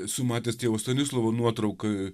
esu matęs tėvo stanislovo nuotrauką